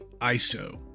ISO